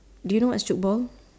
do you know what's tchoukball